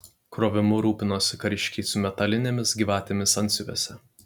krovimu rūpinosi kariškiai su metalinėmis gyvatėmis antsiuvuose